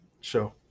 show